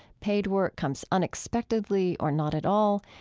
paid work comes unexpectedly or not at all.